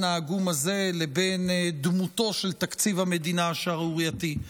העגום הזה לבין דמותו של תקציב המדינה השערורייתי.